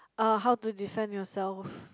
uh how to defend yourself